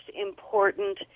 important